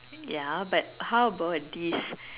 ya but how about this